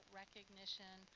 recognition